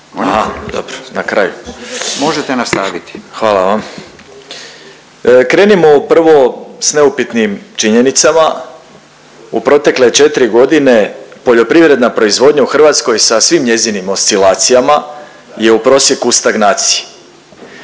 Dobro, na kraju. Hvala vam. Krenimo prvo s neupitnim činjenicama, u protekle 4 godine poljoprivredna proizvodnja u Hrvatskoj sa svim njezinim oscilacijama je u prosjeku u stagnaciji.